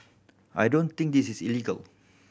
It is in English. I don't think this is illegal